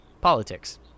politics